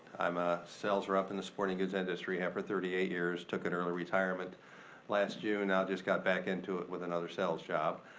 i'm a sales rep in the sporting goods industry, have for thirty eight years. took an early retirement last june. now just got back into it with another sales job.